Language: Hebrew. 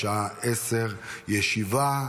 בשעה 10:00. ישיבה